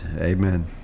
Amen